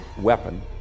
weapon